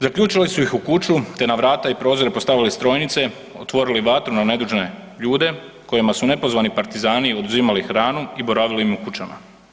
Zaključali su ih u kuću, te na vrata i prozore postavili strojnice, otvorili vatru na nedužne ljude kojima su nepozvani partizani oduzimali hranu i boravili im u kućama.